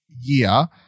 year